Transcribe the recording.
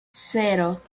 cero